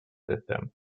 system